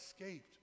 escaped